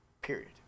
Period